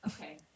Okay